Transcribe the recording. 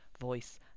voice